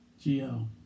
GL